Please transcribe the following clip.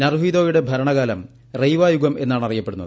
നറുഹിതോയുടെ ഭരണകാലം റെയ്വാ യുഗം എന്നാണ് അറിയപ്പെടുന്നത്